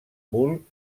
bull